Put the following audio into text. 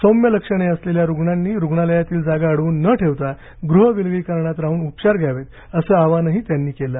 सौम्य लक्षणे असलेल्या रूग्णांनी रूग्णालयातील जागा अडवून न ठेवता गृहविलगीकरणात राहून उपचार घ्यावेत असं आवाहनही त्यांनी केलं आहे